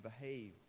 behave